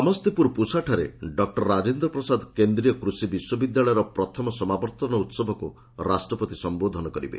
ସମସ୍ତିପୁର ପୁସାଠାରେ ଡକ୍ଟର ରାଜେନ୍ଦ୍ର ପ୍ରସାଦ କେନ୍ଦ୍ରୀୟ କୃଷି ବିଶ୍ୱବିଦ୍ୟାଳୟର ପ୍ରଥମ ସମାବର୍ତ୍ତନ ଉତ୍ସବକୁ ରାଷ୍ଟ୍ରପତି ସମ୍ବୋଧନ କରିବେ